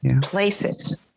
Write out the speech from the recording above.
places